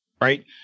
right